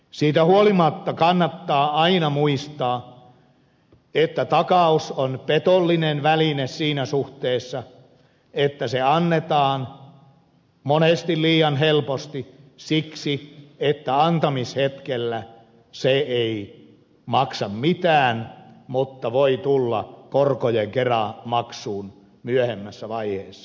siitä huolimatta kannattaa aina muistaa että takaus on petollinen väline siinä suhteessa että se annetaan monesti liian helposti siksi että antamishetkellä se ei maksa mitään mutta voi tulla korkojen kera maksuun myöhemmässä vaiheessa